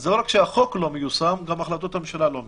אז לא רק שהחוק לא מיושם גם החלטות הממשלה לא מיושמות..